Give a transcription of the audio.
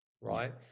right